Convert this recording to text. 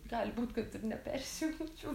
gali būt kad ir nepersijungčiau